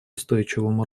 устойчивому